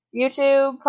YouTube